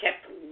kept